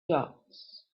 dots